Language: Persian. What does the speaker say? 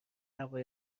هوای